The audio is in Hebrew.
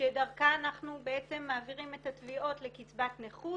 שדרכה אנחנו בעצם מעבירים את התביעות לקצבת נכות